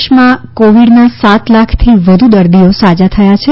દેશમાં કોવિડનાં સાત લાખથી વધુ દર્દીઓ સાજા થયા છે